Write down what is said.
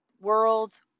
worlds